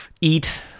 Eat